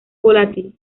volátil